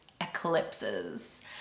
eclipses